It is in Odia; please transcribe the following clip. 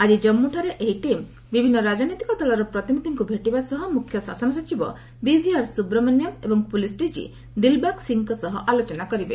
ଆଜି ଜାଞ୍ଚୁଠାରେ ଏହି ଟିମ୍ ବିଭିନ୍ନ ରାଜନୈତିକ ଦଳର ପ୍ରତିନିଧିଙ୍କୁ ଭେଟିବା ସହ ମୁଖ୍ୟ ଶାସନ ସଚିବ ବିଭିଆର୍ ସୁବ୍ରମଣ୍ୟମ୍ ଏବଂ ପୁଲିସ୍ ଡିକି ଦିଲ୍ବାଗ୍ ସିଂଙ୍କ ସହ ଆଲୋଚନା କରିବେ